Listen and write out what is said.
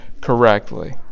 correctly